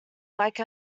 like